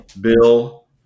Bill